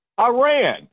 Iran